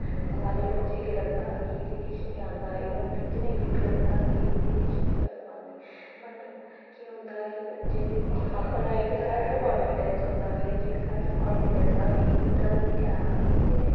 ते सारें बच्चें गी लगदा हा कि इसी किश निं आंदा इवन कि टीचरें गी बी लगदा हा कि एह् कुड़ी किश निं करी पांदी बट केह् होंदा कि बच्चे दे बिच्च अपना इक सैल्फ कांफिडैंस होंदा मेरे च इक सैल्फ कांफिडैंस हा कि इक डर बी ऐ हा कि मेरे